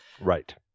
Right